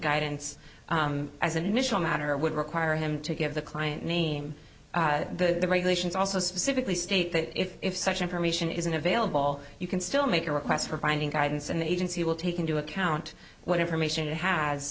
guidance as an initial matter would require him to give the client name the regulations also specifically state that if if such information isn't available you can still make a request providing guidance an agency will take into account what information it has